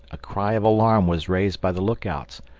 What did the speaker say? a cry of alarm was raised by the look-outs.